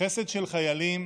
חסד של חיילים